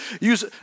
Use